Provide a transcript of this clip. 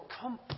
Come